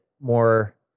more